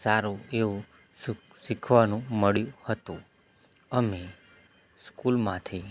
સારું એવું સુખ શીખવાનું મળ્યું હતું અમે સ્કૂલમાંથી